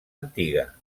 antiga